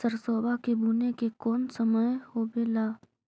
सरसोबा के बुने के कौन समय होबे ला?